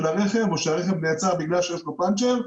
הרכב או שהרכב נעצר בגלל שיש לו פנצ'ר.